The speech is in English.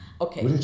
Okay